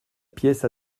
pièce